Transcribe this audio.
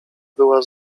była